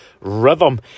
rhythm